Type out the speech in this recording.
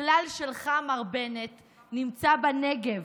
הכלל שלך, מר בנט, נמצא בנגב,